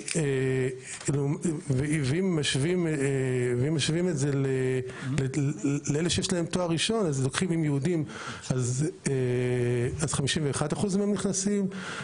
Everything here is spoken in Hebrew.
אם משווים את זה לאלו בעלי תואר ראשון במגזר היהודי כ-51% נכנסים,